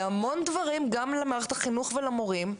להמון דברים גם למערכת החינוך והמורים,